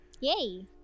Yay